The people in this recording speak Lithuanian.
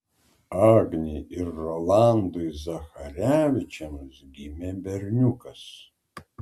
agnei ir rolandui zacharevičiams gimė berniukas